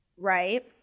Right